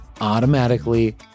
automatically